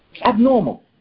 Abnormal